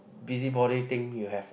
busybody thing you have